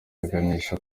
aganisha